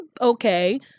okay